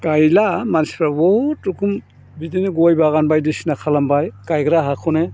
गायला मानसिफ्रा बहुत रोखोम बिदिनो गय बागान बायदिसिना खालामबाय गायग्रा हाखौनो